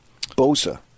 Bosa